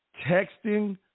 texting